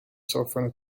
suffering